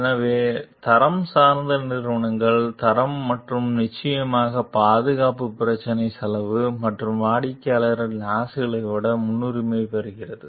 எனவே தரம் சார்ந்த நிறுவனங்களில் தரம் மற்றும் நிச்சயமாக பாதுகாப்பு பிரச்சினை செலவு மற்றும் வாடிக்கையாளரின் ஆசைகளை விட முன்னுரிமை பெறுகிறது